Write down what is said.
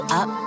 up